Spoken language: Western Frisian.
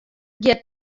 giet